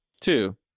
two